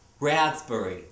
Raspberry